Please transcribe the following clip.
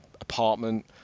apartment